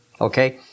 okay